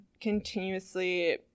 continuously